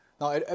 Now